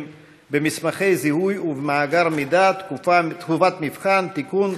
במסמכי זיהוי ובמאגר מידע (תקופת מבחן) (תיקון),